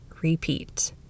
repeat